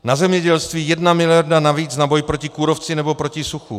Na zemědělství 1 mld. navíc na boj proti kůrovci nebo proti suchu.